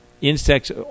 insects